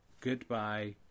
Goodbye